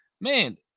man